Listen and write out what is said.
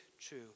true